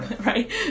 right